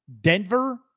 Denver